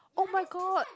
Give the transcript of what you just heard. oh-my-god